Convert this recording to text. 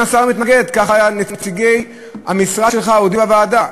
כך הודיעו נציגי המשרד שלך בוועדה.